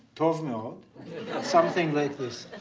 tov mayod something like this.